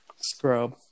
Scrub